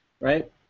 right